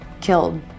killed